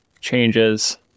changes